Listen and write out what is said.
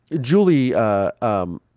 Julie